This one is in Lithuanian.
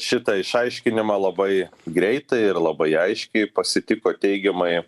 šitą išaiškinimą labai greitai ir labai aiškiai pasitiko teigiamai